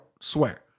Swear